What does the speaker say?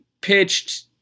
pitched